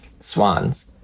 swans